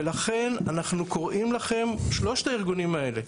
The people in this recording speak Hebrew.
ולכן, אנחנו, שלושת הארגונים האלה,